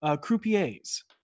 croupiers